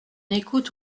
écoute